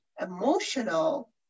emotional